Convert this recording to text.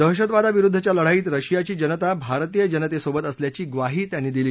दहशतवादाविरुद्वच्या लढाईत रशियाची जनता भारतीय जनतेसोबत असल्याची ग्वाही त्यांनी दिली